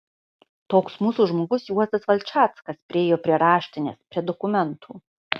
toks mūsų žmogus juozas valčackas priėjo prie raštinės prie dokumentų